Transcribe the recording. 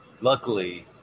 luckily